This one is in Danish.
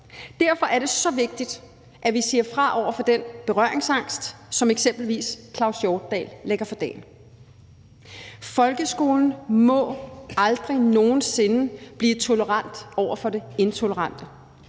Derfor er det så vigtigt, at vi siger fra over for den berøringsangst, som eksempelvis Claus Hjortdal lægger for dagen. Folkeskolen må aldrig nogen sinde blive tolerant over for det intolerante.